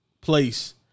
place